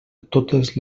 totes